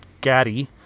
Gaddy